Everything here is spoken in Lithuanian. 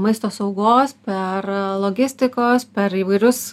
maisto saugos per logistikos per įvairius